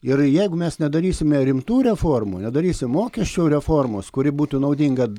ir jeigu mes nedarysime rimtų reformų nedarysim mokesčių reformos kuri būtų naudinga